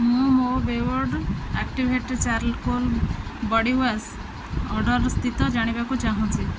ମୁଁ ମୋ Beardo activated charcoal body wash ଅର୍ଡ଼ର୍ର ସ୍ଥିତି ଜାଣିବାକୁ ଚାହୁଁଛି